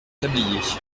tablier